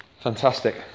Fantastic